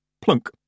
plunk